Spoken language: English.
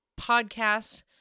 podcast